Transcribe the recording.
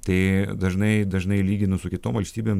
tai dažnai dažnai lyginu su kitom valstybėm